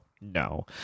no